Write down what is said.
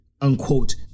unquote